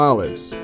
Olives